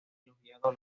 elogiado